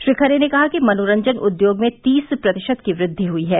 श्री खरे ने कहा कि मनोरंजन उद्योग में तीस प्रतिशत की वृद्वि हुई है